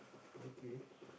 okay